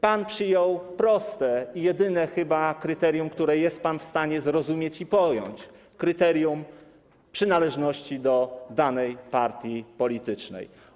Pan przyjął proste i jedyne chyba kryterium, które jest pan w stanie zrozumieć i pojąć: kryterium przynależności do danej partii politycznej.